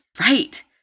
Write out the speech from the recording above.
Right